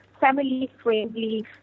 family-friendly